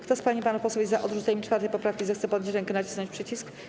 Kto z pań i panów posłów jest za odrzuceniem 4. poprawki, zechce podnieść rękę i nacisnąć przycisk.